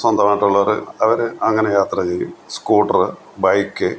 സ്വന്തമായിട്ടുള്ളവര് അവര് അങ്ങനെ യാത്ര ചെയ്യും സ്കൂട്ടര് ബൈക്ക്